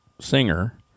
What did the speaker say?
singer